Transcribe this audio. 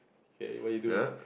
okay what you do is